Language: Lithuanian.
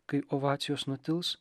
kai ovacijos nutils